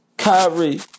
Kyrie